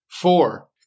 Four